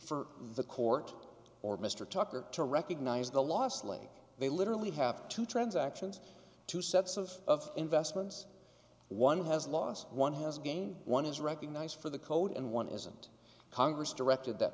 for the court or mr tucker to recognize the last link they literally have two transactions two sets of investments one has lost one has gained one is recognized for the code and one isn't congress directed that